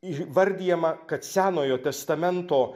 įvardijama kad senojo testamento